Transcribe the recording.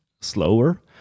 slower